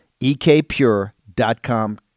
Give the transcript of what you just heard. ekpure.com